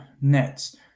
Nets